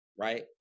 right